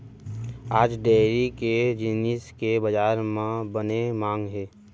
आज डेयरी के जिनिस के बजार म बने मांग हे